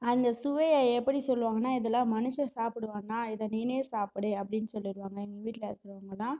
அந்த சுவையை எப்படி சொல்லுவாங்கன்னா இதில் மனுஷன் சாப்பிடுவானா இதை நீனே சாப்பிடு அப்படின்னு சொல்லிவிடுவாங்க எங்கள் வீட்டில இருக்குறவங்கலாம்